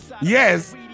Yes